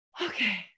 okay